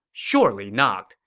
surely not!